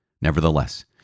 Nevertheless